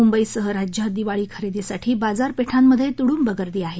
मुंबईसह राज्यात दिवाळी खरेदीसाठी बाजारपेठांमधे तुडुंब गर्दी आहे